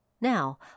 Now